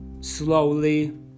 slowly